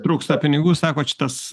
trūksta pinigų sakot čia tas